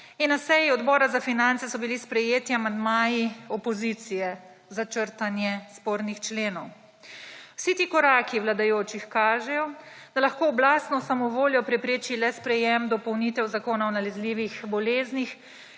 in na seji Odbora za finance so bili sprejeti amandmaji opozicije za črtanje spornih členov. Vsi ti koraki vladajočih kažejo, da lahko oblastno samovoljo prepreči le sprejem dopolnitev Zakona o nalezljivih boleznih,